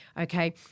Okay